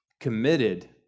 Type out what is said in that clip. committed